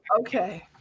Okay